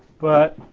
but,